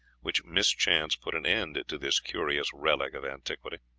which mischance put an end to this curious relic of antiquity.